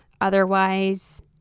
Otherwise